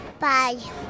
bye